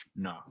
No